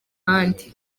ahandi